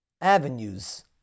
avenues